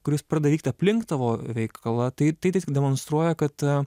kuris padeda vykt aplink tavo veikalą tai tai tik demonstruoja kad